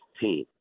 team